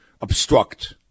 obstruct